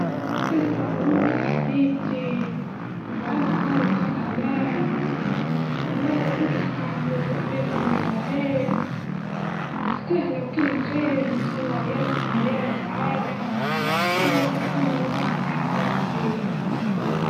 ألف مبروك يا حبيبتي، واجعلها دارك دار هنا والله يبارك لكم ويجمع بينكم على خير، تستاهلو كل خير وإن شاء الله أيامكم مليانة سعادة، إن شاء الله تتهنى ببعض يا حبيبتي.